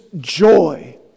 joy